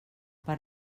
per